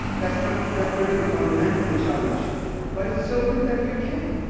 that's not that will really fundamentally challenge but it's so good that you can.